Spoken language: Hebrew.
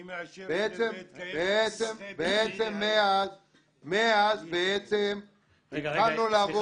אני מאשר ש --- בעצם מאז התחלנו לעבוד --- רגע,